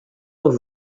heure